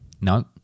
No